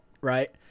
right